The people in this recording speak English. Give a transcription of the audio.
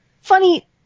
Funny